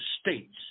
states